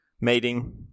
mating